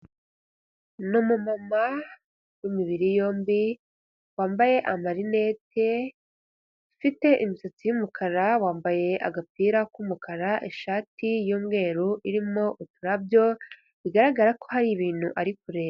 Ni umumama w'imibiri yombi wambaye amarinete, ufite imisatsi y'umukara wambaye agapira k'umukara ishati y'umweru irimo uturabyo, bigaragara ko hari ibintu ari kureba.